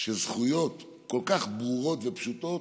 שזכויות כל כך ברורות ופשוטות